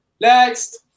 next